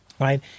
right